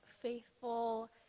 faithful